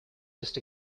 just